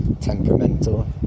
temperamental